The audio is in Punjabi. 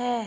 ਹੈ